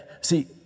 see